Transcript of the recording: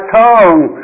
tongue